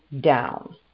down